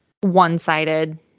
one-sided